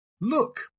look